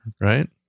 right